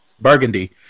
Burgundy